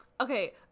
okay